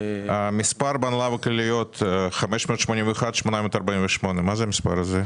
המספר בהנהלה וכלליות הוא 581,848. מה המספר הזה?